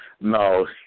No